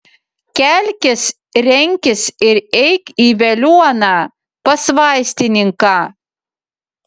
kelkis renkis ir eik į veliuoną pas vaistininką